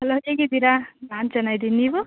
hello ಹೇಗಿದ್ದೀರಾ ನಾನು ಚೆನ್ನಾಗಿದಿನಿ ನೀವು